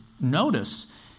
notice